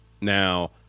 Now